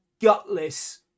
gutless